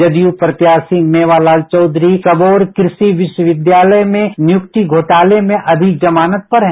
जदयू प्रत्याशी मेवालाल चौधरी सबौर कृषि विश्वविद्यालय में नियुक्ति घोटाले में अभी जमानत पर हैं